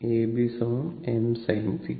A B m sin